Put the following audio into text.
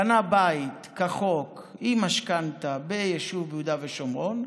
קנה בית, כחוק, עם משכנתה, ביישוב ביהודה ושומרון,